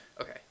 Okay